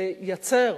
לייצר